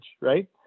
right